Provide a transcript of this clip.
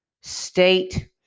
State